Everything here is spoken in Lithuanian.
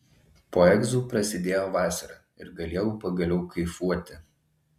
po egzų prasidėjo vasara ir galėjau pagaliau kaifuoti